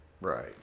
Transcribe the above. Right